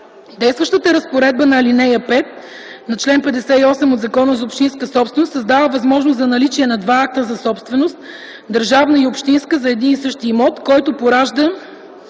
Действащата разпоредба на ал. 5 на чл. 58 от Закона за общинската собственост създава възможност за наличие на два акта за собственост - държавна и общинска, за един и същ имот, което поражда